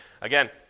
again